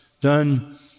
done